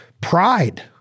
pride